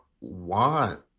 want